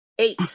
Eight